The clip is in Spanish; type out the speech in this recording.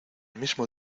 mismo